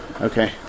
Okay